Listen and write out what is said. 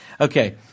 Okay